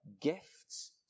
gifts